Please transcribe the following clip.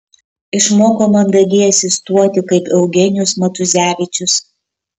išmoko mandagiai asistuoti kaip eugenijus matuzevičius